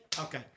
Okay